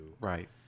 Right